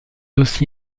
aussi